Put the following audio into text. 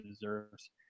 deserves